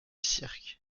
cirque